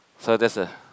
so that's the